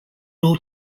nou